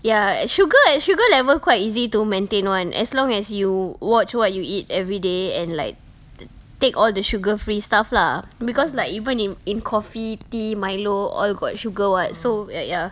ya sugar ac~ sugar level quite easy to maintain [one] as long as you watch what you eat everyday and like take all the sugar free stuff lah because like even in in coffee tea milo all got sugar [what] so y~ ya